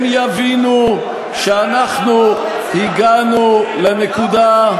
הם יבינו שאנחנו הגענו לנקודה,